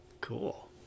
cool